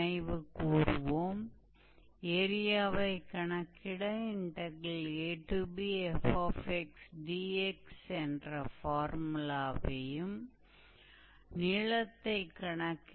तो अगर हमारे पास कार्टेशियन को ऑर्डिनेट सिस्टम में एक कर्व का समीकरण है